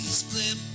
split